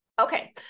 Okay